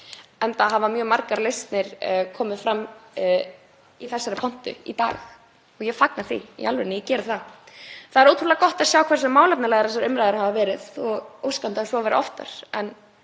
enda hafa mjög margar lausnir komið fram í þessari pontu í dag og ég fagna því. Í alvörunni, ég geri það. Það er ótrúlega gott að sjá hversu málefnalegar umræður hafa verið og óskandi að svo verði oftar en